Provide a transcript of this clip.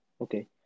Okay